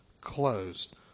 closed